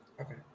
Okay